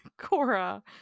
cora